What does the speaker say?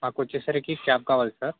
మాకు వచ్చేసరికి క్యాబ్ కావాలి సార్